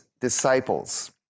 disciples